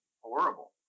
horrible